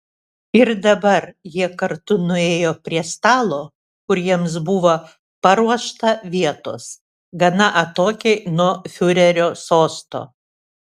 ir dabar jie kartu nuėjo prie stalo kur jiems buvo paruošta vietos gana atokiai nuo fiurerio sosto